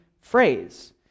phrase